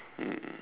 mm